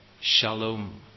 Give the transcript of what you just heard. Shalom